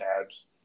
tabs